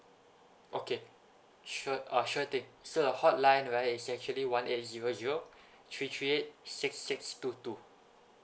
okay sure uh sure thing so the hotline right is actually one eight zero zero three three eight six six two two